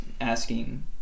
asking